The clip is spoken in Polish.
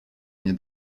nie